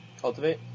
Cultivate